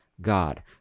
God